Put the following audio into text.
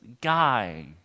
guy